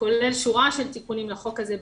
שכולל שורה של תיקונים לחוק הזה,